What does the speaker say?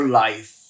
life